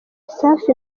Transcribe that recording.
safi